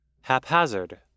haphazard